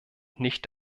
nicht